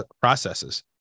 processes